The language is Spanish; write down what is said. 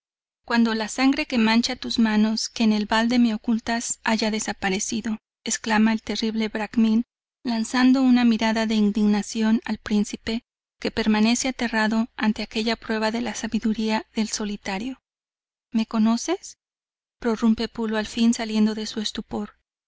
cuando la sangre que mancha tus manos que en balde me ocultas haya desaparecido exclama el terrible bracmín lanzando una mirada de indignación al príncipe que permanece aterrado ante aquella prueba de la sabiduría del solitario me conoces prorrumpe pulo al fin saliendo se su estupor